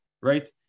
right